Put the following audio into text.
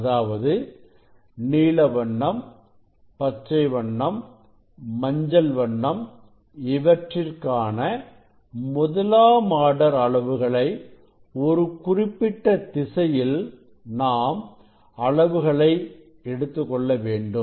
அதாவது நீல வண்ணம் பச்சை வண்ணம் மஞ்சள் வண்ணம் இவற்றிற்கான முதலாம் ஆர்டர் அளவுகளை ஒரு குறிப்பிட்ட திசையில் நாம் அளவுகளை எடுத்துக்கொள்ள வேண்டும்